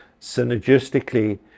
synergistically